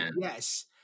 Yes